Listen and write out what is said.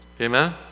amen